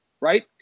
right